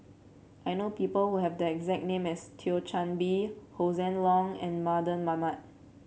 I know people who have the exact name as Thio Chan Bee Hossan Leong and Mardan Mamat